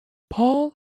paul